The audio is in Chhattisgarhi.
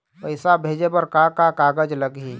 पैसा भेजे बर का का कागज लगही?